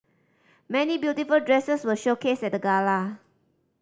many beautiful dresses were showcased at the gala